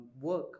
work